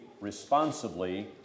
responsibly